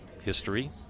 history